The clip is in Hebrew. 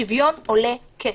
שוויון עולה כסף,